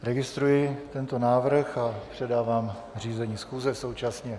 Registruji tento návrh a předávám řízení schůze současně.